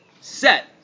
set